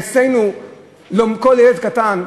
אצלנו כל ילד קטן,